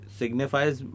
signifies